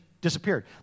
disappeared